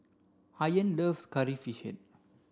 Ayaan loves curry fish head